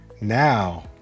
Now